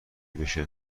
بشه